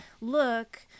look